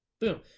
Boom